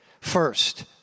first